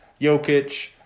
Jokic